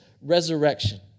resurrection